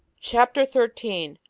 chapter thirteen.